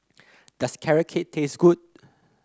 does Carrot Cake taste good